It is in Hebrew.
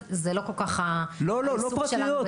אז זה לא כל כך העיסוק שלנו.